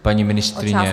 Paní ministryně?